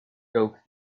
soak